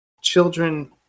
children